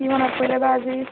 কি মনত পৰিলে বা আজি